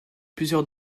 plusieurs